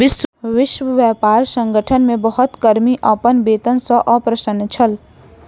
विश्व व्यापार संगठन मे बहुत कर्मी अपन वेतन सॅ अप्रसन्न छल